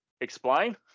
Explain